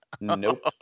nope